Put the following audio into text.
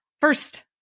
First